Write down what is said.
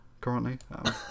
currently